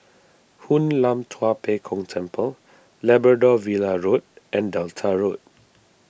Hoon Lam Tua Pek Kong Temple Labrador Villa Road and Delta Road